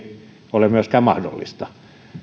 ole myöskään teknisesti mahdollista kun on